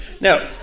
Now